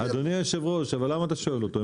אבל אדוני היושב-ראש, למה אתה שואל אותו?